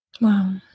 Wow